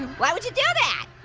why would you do that?